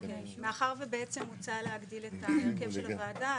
מאחר ובעצם הוצע להגדיל את ההרכב של הוועדה,